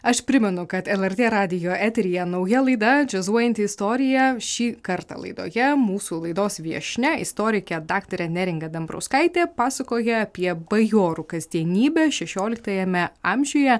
aš primenu kad lrt radijo eteryje nauja laida džiazuojanti istorija šį kartą laidoje mūsų laidos viešnia istorikė daktarė neringa dambrauskaitė pasakoja apie bajorų kasdienybę šešioliktajame amžiuje